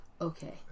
okay